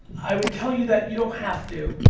i would tell you that you don't have to,